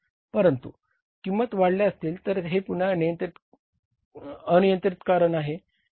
परंतु किंमती वाढल्या असतील तर हे पुन्हा अनियंत्रित कारण आहे